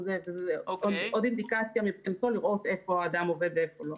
זה עוד אינדיקציה מבחינתי לראות איפה האדם עובד ואיפה לא.